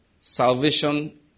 Salvation